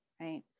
right